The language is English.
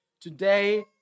Today